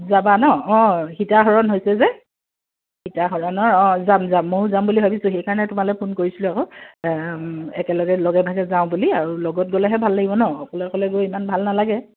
যাবা ন অ' সীতা হৰণ হৈছে যে সীতা হৰণৰ অ' যাম যাম মইও যাম বুলি ভাবিছোঁ সেইকাৰণে তোমালৈ ফোন কৰিছিলোঁ আক' একেলগে লগে ভাগে যাওঁ বুলি আৰু লগত গ'লেহে ভাল লাগিব ন অকলে অকলে গৈ ইমান ভাল নালাগে